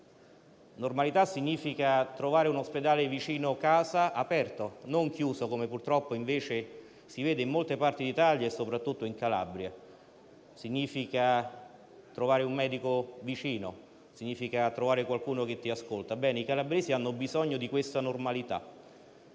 Normalità significa trovare un ospedale vicino casa aperto, non chiuso, come invece purtroppo si vede in molte parti d'Italia e soprattutto in Calabria; significa trovare un medico vicino; significa trovare qualcuno che ti ascolta. I calabresi hanno bisogno di questa normalità,